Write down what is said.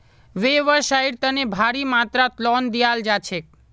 व्यवसाइर तने भारी मात्रात लोन दियाल जा छेक